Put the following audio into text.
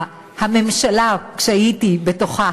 הממשלה, כשהייתי בתוכה,